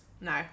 No